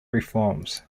reforms